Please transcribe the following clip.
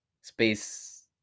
space